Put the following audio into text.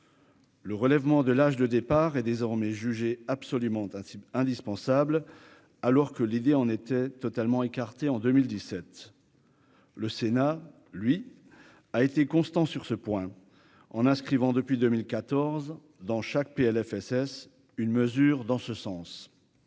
Le relèvement de l'âge de départ est désormais jugée absolument hein indispensable alors que l'idée on était totalement écarté en 2017, le Sénat lui a été constant sur ce point en inscrivant depuis 2014 dans chaque PLFSS une mesure dans ce sens.